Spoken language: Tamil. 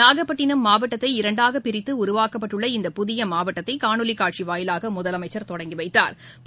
நாகப்பட்டினம் மாவட்டத்தை இரண்டாக பிரித்து உருவாக்கப்பட்டுள்ள இந்த புதிய மாவட்டத்தை காணொளி காட்சி வாயிலாக முதலமைச்சள் தொடங்கி வைத்தாள்